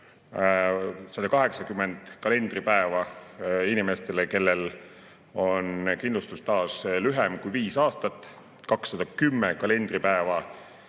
180 kalendripäeva inimestel, kelle kindlustusstaaž on lühem kui 5 aastat, 210 kalendripäeva